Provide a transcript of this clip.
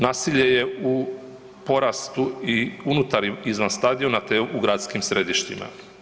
Nasilje je u porastu i unutar i izvan stadiona te u gradskim središtima.